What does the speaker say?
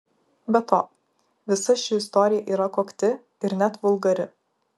be to visa ši istorija yra kokti ir net vulgari